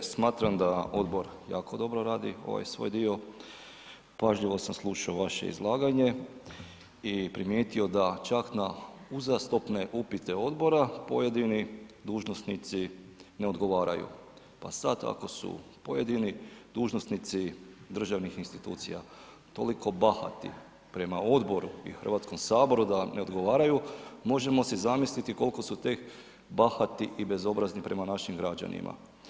Kolegice, smatram da odbor jako dobro radi ovaj svoj dio, pažljivo sam slušao vaše izlaganje i primijetio da čak na uzastopne upite odbora pojedini dužnosnici ne odgovaraju, pa sad ako su pojedini dužnosnici državnih institucija toliko bahati prema odboru i HS da ne odgovaraju, možemo si zamisliti kolko su tek bahati i bezobrazni prema našim građanima.